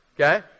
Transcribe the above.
Okay